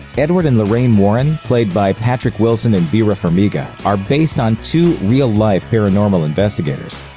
edward and lorraine warren, played by patrick wilson and vera farmiga, are based on two real-life paranormal investigators.